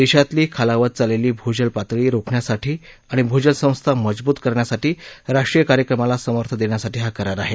देशातली खालावत चाललेली भूजल पातळी रोखण्यासाठी आणि भूजल संस्था मजबूत करण्यासाठी राष्ट्रीय कार्यक्रमाला समर्थन देण्यासाठी हा करार आहे